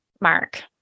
Mark